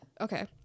Okay